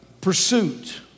Pursuit